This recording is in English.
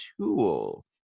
tool